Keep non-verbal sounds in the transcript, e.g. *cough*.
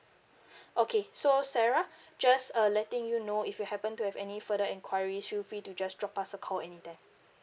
*breath* okay so sarah just uh letting you know if you happen to have any further enquiry feel free to just drop us a call anytime